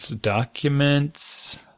Documents